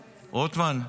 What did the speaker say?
רוטמן.